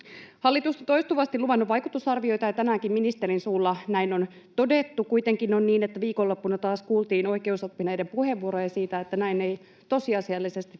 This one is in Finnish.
Hallitus on toistuvasti luvannut vaikutusarvioita, ja tänäänkin ministerin suulla näin on todettu. Kuitenkin on niin, että viikonloppuna taas kuultiin oikeusoppineiden puheenvuoroja siitä, että näin ei tosiasiallisesti